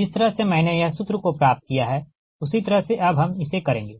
अब जिस तरह से मैंने यह सूत्र को प्राप्त किया है उसी तरह से अब हम इसे करेंगे